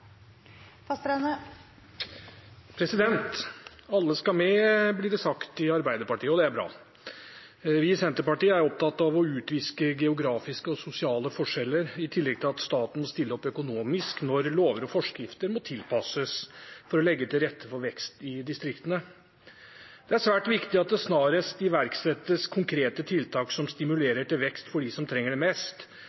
bra. Vi i Senterpartiet er opptatt av å utviske geografiske og sosiale forskjeller, i tillegg til at staten stiller opp økonomisk når lover og forskrifter må tilpasses for å legge til rette for vekst i distriktene. Det er svært viktig at det snarest iverksettes konkrete tiltak som